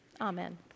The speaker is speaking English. Amen